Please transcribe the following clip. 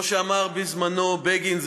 כמו שאמר בזמנו בגין,